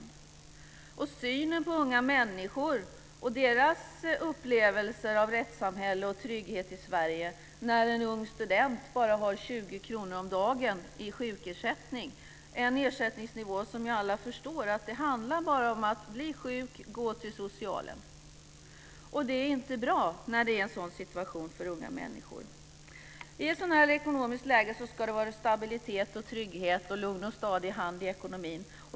Man kan fundera på synen på unga människor och deras upplevelse av rättssamhälle och trygghet i Sverige när en ung student bara har 20 kr om dagen i sjukersättning. Med en sådan ersättningsnivå förstår ju alla att det handlar om att blir man sjuk får man gå till socialen. Det är inte bra när det är en sådan situation för unga människor. I ett sådant här ekonomiskt läge ska det vara stabilitet och trygghet och en lugn och stadig hand i ekonomin.